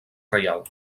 reial